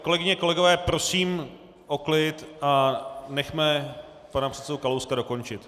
Kolegyně, kolegové, prosím o klid a nechme pana předsedu Kalouska dokončit.